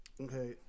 Okay